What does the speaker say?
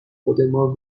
خودمان